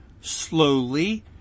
slowly